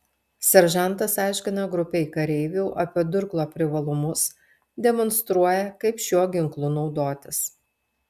seržantas aiškina grupei kareivių apie durklo privalumus demonstruoja kaip šiuo ginklu naudotis